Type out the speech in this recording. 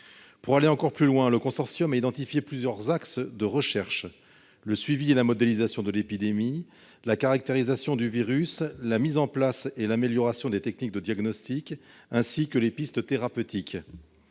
Pour aller encore plus loin, je vous indique que le consortium a identifié plusieurs axes de recherche : le suivi et la modélisation de l'épidémie, la caractérisation du virus, la mise en place et l'amélioration des techniques de diagnostic, ainsi que les pistes thérapeutiques.